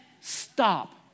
stop